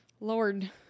lord